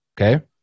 okay